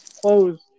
close